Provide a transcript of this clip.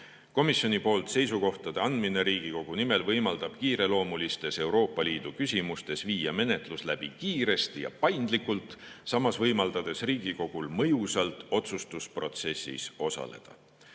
Komisjoni poolt seisukohtade andmine Riigikogu nimel võimaldab kiireloomulistes Euroopa Liidu küsimustes viia menetlus läbi kiiresti ja paindlikult, samas võimaldades Riigikogul mõjusalt otsustusprotsessis osaleda.